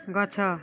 ଗଛ